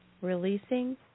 releasing